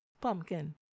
pumpkin